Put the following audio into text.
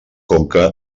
conca